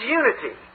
unity